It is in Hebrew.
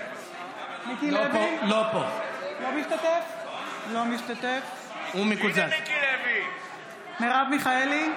אינו משתתף בהצבעה מרב מיכאלי,